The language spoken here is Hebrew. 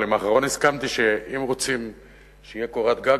אבל עם האחרון הסכמתי שאם רוצים שתהיה קורת-גג,